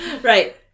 Right